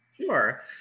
Sure